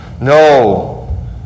No